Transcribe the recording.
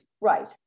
Right